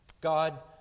God